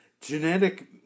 genetic